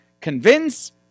Convince